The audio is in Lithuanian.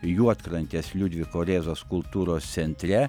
juodkrantės liudviko rėzos kultūros centre